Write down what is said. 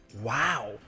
wow